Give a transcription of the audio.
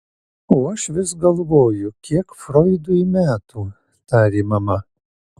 o aš vis galvoju kiek froidui metų tarė mama